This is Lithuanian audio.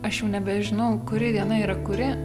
aš jau nebežinau kuri diena yra kuri